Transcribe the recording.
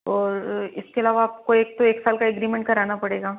है ना और इसके अलावा आपको एक तो एक साल का एग्रीमेंट कराना पड़ेगा